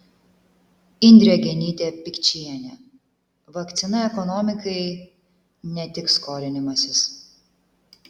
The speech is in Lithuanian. indrė genytė pikčienė vakcina ekonomikai ne tik skolinimasis